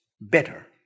better